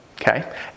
Okay